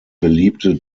beliebte